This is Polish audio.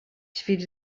ćwicz